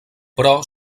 però